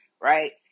right